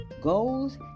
goals